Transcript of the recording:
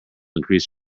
increase